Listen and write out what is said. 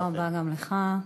תודה רבה גם לך.